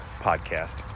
podcast